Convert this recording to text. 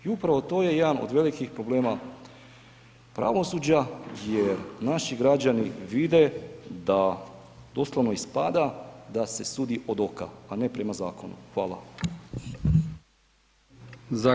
I upravo to je jedan od velikih problema pravosuđa jer naši građani vide da doslovno ispada da se sudi od oka a ne prema zakonu, hvala.